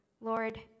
Lord